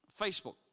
Facebook